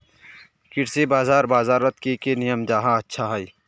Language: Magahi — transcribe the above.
कृषि बाजार बजारोत की की नियम जाहा अच्छा हाई?